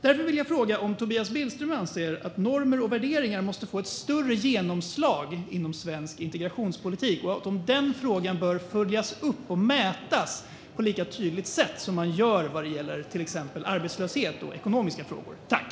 Därför vill jag fråga om Tobias Billström anser att normer och värderingar måste få ett större genomslag i svensk integrationspolitik och om den frågan behöver följas upp och mätas på ett lika tydligt sätt som man gör vad gäller till exempel arbetslöshet och ekonomiska frågor.